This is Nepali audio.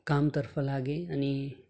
कामतर्फ लागेँ अनि